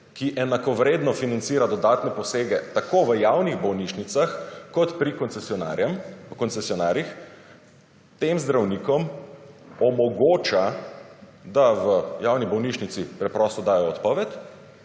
ki enakovredno financira dodatne posege tako v javnih bolnišnicah kot pri koncesionarjih, tem zdravnikom omogoča, da v javni bolnišnici preprosto dajo odpoved